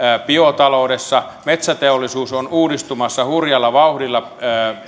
biotaloudessa metsäteollisuus on uudistumassa hurjalla vauhdilla